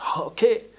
Okay